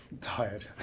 tired